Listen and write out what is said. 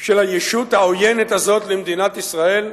של הישות העוינת הזאת למדינת ישראל,